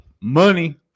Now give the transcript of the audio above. Money